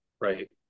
right